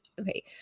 Okay